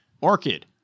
Orchid